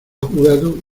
jugado